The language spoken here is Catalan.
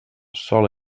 sol